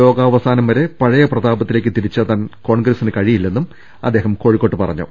ലോകാവസാനം വരെ പഴയ പ്രതാപത്തി ലേക്ക് തിരിച്ചെത്താൻ കോൺഗ്രസിന് കഴിയില്ലെന്നും അദ്ദേഹം കോഴി ക്കോട്ട് പറഞ്ഞു